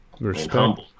Respect